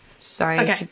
Sorry